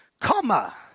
comma